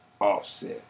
Offset